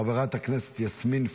חברת הכנסת יסמין פרידמן,